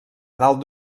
dalt